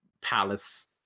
palace